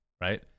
right